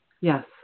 Yes